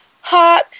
hot